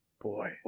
Boy